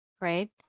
right